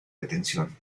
detención